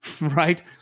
right